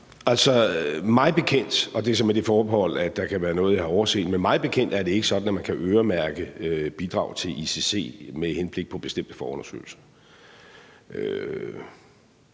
Altså, mig bekendt – og det er så med det forbehold, at der kan være noget, jeg har overset – er det ikke sådan, at man kan øremærke bidrag til ICC med henblik på bestemte forundersøgelser.